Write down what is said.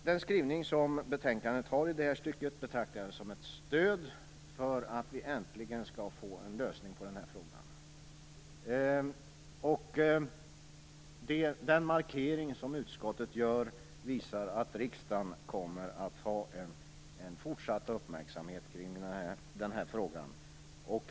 Den skrivning som betänkandet har i det här stycket betraktar jag som ett stöd för att vi äntligen skall få en lösning när det gäller den här frågan, och den markering som utskottet gör visar att riksdagen kommer att ha en fortsatt uppmärksamhet kring frågan.